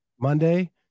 Monday